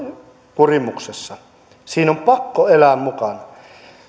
kurimuksessa siinä on pakko elää mukana